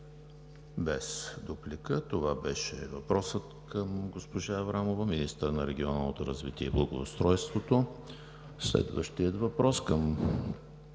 Без дуплика. Това беше въпросът към госпожа Аврамова – министър на регионалното развитие и благоустройството. Следващият въпрос към